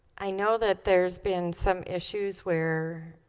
i know that there's been some issues where